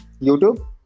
YouTube